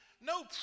no